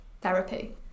therapy